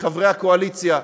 מחברי הקואליציה,